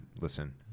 Listen